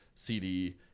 CD